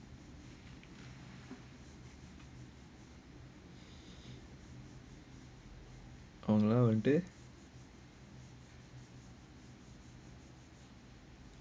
அவங்கெல்லாம் வந்து:avanggellaam vanthu